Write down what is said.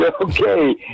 okay